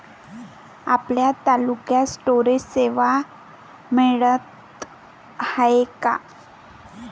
आपल्या तालुक्यात स्टोरेज सेवा मिळत हाये का?